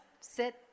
sit